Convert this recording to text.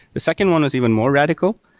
the second one is even more radical,